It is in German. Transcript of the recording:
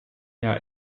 jahr